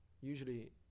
usually